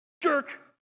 jerk